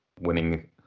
winning